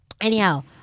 anyhow